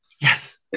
Yes